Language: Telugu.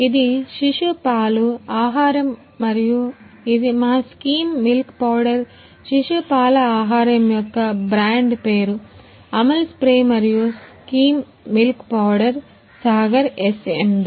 ఇది శిశు పాలు ఆహారం మరియు ఇది మా స్కిమ్ మిల్క్ పౌడర్ శిశు పాల ఆహారం యొక్క బ్రాండ్ పేరు అముల్ స్ప్రే మరియు skim milk powder Sagar SMB